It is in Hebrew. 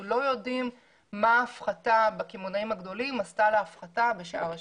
אנחנו לא יודעים מה ההפחתה בקמעונאים הגדולים עשתה להפחתה בשאר השוק.